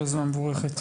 יוזמה מבורכת.